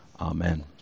Amen